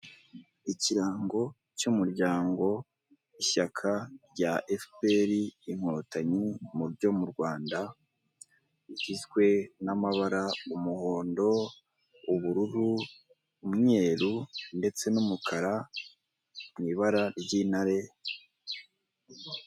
Ikirango cy'umuryango ishyaka rya Efuperi inkotanyi mu byo mu Rwanda bigizwe n'amabara umuhondo, ubururu, umweru ndetse n'umukara mu ibara ry'intare.